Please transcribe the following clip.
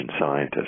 scientists